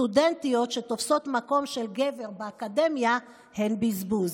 סטודנטיות שתופסות מקום של גבר באקדמיה הן בזבוז.